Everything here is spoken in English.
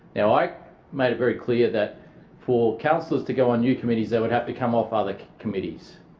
now i made it very clear that for councillors to go on new committees, they would have to come off other committees.